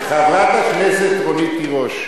חברת הכנסת רונית תירוש,